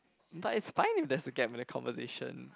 but it's fine if there's a gap in a conversation